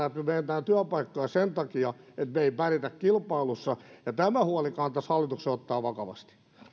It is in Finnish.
että me me menetämme työpaikkoja sen takia että me emme pärjää kilpailussa ja tämä huoli kannattaisi hallituksen ottaa vakavasti